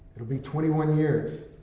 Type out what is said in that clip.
will be twenty one years.